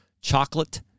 chocolate